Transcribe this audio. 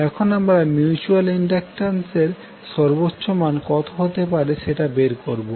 এখন আমরা mutual inductance এর সর্বোচ্চ মান কত হতে পারে সেটা বের করবো